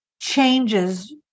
changes